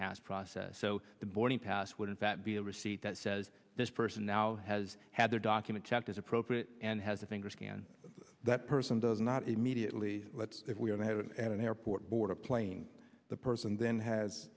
pass process so the boarding pass wouldn't that be a receipt that says this person now has had their documents checked is appropriate and has a finger scan that person does not immediately let's if we don't have it at an airport board a plane the person then has